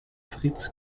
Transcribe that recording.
fritz